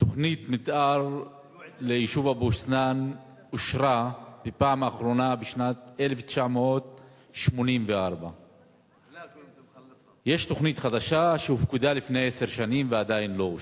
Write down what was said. תוכנית מיתאר ליישוב אבו-סנאן אושרה בפעם האחרונה בשנת 1984. יש תוכנית חדשה שהופקדה לפני עשר שנים ועדיין לא אושרה.